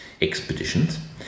expeditions